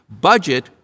Budget